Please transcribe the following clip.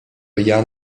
jan